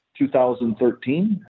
2013